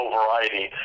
variety